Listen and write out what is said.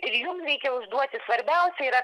ir jum reikia užduoti svarbiausia yra